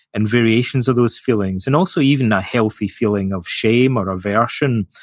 and variations of those feelings, and also even a healthy feeling of shame or aversion.